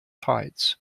tides